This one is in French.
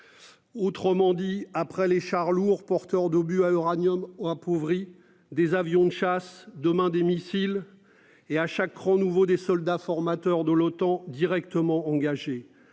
Autrement dit après les chars lourds porteur d'obus à uranium appauvri. Des avions de chasse demain des missiles et à chaque renouveau des soldats formateurs de l'OTAN directement engagée.